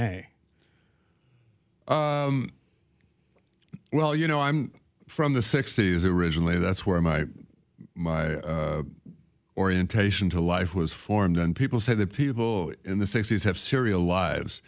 may well you know i'm from the sixty's originally that's where my my orientation to life was formed and people say the people in the sixty's have serial lives